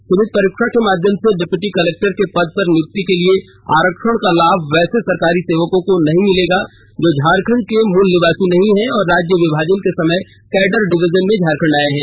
सीमित परीक्षा के माध्यम से डिप्टी कलेक्टर के पद पर नियुक्ति के लिए आरक्षण का लाभ वैसे सरकारी सेवकों को नहीं मिलेगा जो झारखंड के मूल निवासी नहीं हैं और राज्य विभाजन के समय कैडर डिवीजन में झारखंड आए हैं